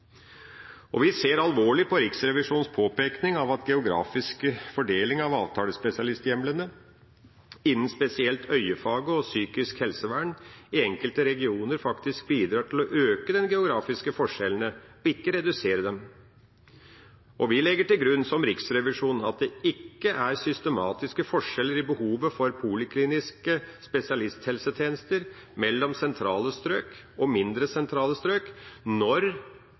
Vi ser alvorlig på Riksrevisjonens påpekning av at geografisk fordeling av avtalespesialisthjemlene, innen spesielt øyefaget og psykisk helsevern, i enkelte regioner faktisk bidrar til å øke de geografiske forskjellene, ikke å redusere dem. Vi legger til grunn, som Riksrevisjonen, at det ikke er systematiske forskjeller i behovet for polikliniske spesialisthelsetjenester mellom sentrale strøk og mindre sentrale strøk når